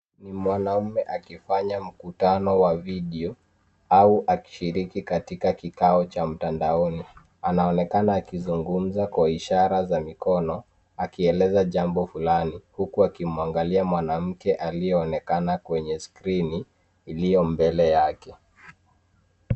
Ni mwanaume akifanya mkutano wa video au akishiriki katika kikao cha mtandaoni. Anaonekana akizungumza kwa ishara za mikono akieleza jambo fulani huku akimwangalia mwanamke aliyeonekana kwenye skrini iliyo mbele yake.